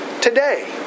today